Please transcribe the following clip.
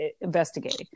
investigating